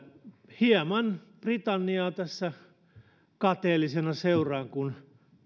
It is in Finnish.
britanniaa tässä hieman kateellisena seuraan kun